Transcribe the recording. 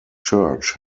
church